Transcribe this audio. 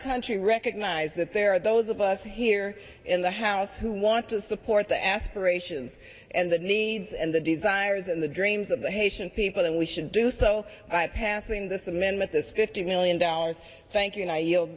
country recognize that there are those of us here in the house who want to support the aspirations and the needs and the desires and the dreams of the haitian people and we should do so by passing this amendment this fifty million dollars thank